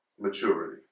maturity